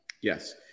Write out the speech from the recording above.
Yes